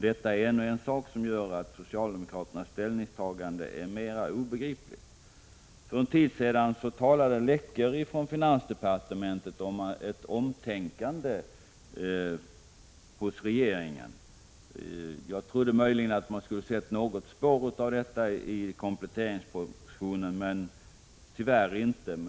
Detta är ännu en sak som gör att socialdemokraternas ställningstagande blir mer obegripligt. För en tid sedan läckte det från finansdepartementet ut påståenden om ett omtänkande hos regeringen. Jag trodde möjligen att man skulle ha sett något spår av detta i kompletteringspropositionen, men tyvärr inte.